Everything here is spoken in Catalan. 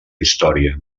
història